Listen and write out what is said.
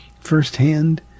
firsthand